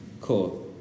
cool